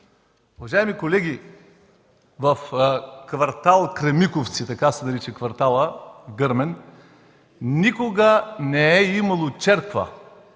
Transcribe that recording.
Уважаеми колеги, в квартал „Кремиковци“, така се нарича кварталът в Гърмен, никога не е имало черква.